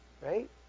Right